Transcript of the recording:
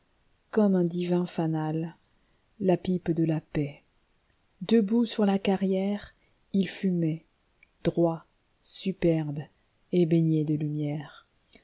comme un divin fanal la pipe de la paix debout sur la carrière il fumait droit superbe et baigné de lumière